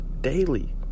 daily